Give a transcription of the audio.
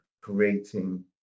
creating